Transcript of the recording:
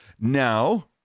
Now